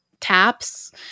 taps